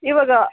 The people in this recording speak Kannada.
ಇವಾಗ